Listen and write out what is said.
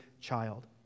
child